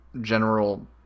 general